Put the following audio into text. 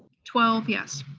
twelve yes.